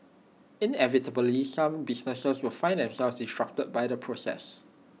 inevitably some businesses will find themselves disrupted by the process